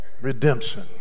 redemption